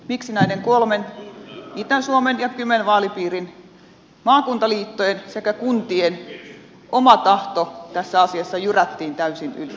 miksi näiden kolmen itä suomen ja kymen vaalipiirin maakuntaliittojen sekä kuntien oma tahto tässä asiassa jyrättiin täysin yli